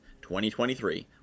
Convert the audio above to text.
2023